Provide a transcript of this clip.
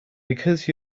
because